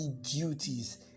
duties